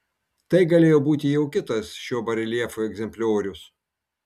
tai galėjo būti jau kitas šio bareljefo egzempliorius